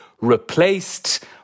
replaced